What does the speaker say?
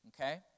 Okay